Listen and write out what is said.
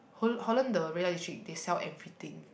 Hol~ Holland the red light district they sell everything